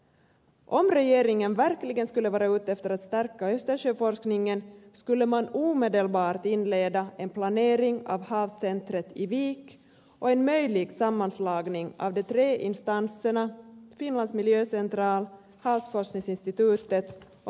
om regeringen verkligen skulle vara ute efter att stärka östersjöforskningen skulle man omedelbart inleda en planering av havscentret i vik och en möjlig sammanslagning av de tre instanserna finlands miljöcentral havsforskningsinstitutet och meteorologiska institutet